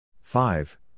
Five